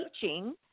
teaching